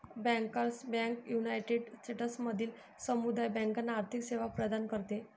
bankers bank United स्टेट्समधील समुदाय बँकांना आर्थिक सेवा प्रदान करते